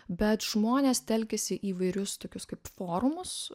bet žmonės telkiasi į įvairius tokius kaip forumus